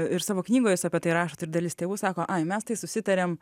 ir savo knygoj jūs apie tai rašot ir dalis tėvų sako ai mes tai susitarėm